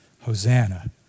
Hosanna